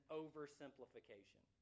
oversimplification